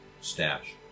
stash